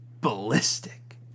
ballistic